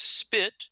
spit